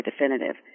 definitive